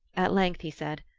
at length he said,